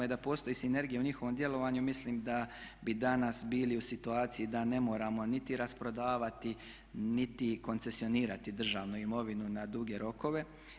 I da postoji sinergija u njihovom djelovanju mislim da bi danas bili u situaciji da ne moramo niti rasprodavati niti koncesionirati državnu imovinu na duge rokove.